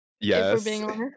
Yes